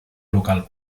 local